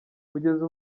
kugeza